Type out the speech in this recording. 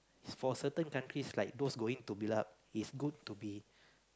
is for certain countries like those going to build up is good to be